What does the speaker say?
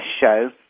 show